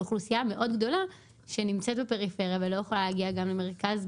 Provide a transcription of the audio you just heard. כולל לאוכלוסייה מאוד גדולה שנמצאת בפריפריה ולא יכולה להגיע למרכז.